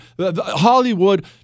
Hollywood